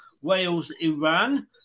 Wales-Iran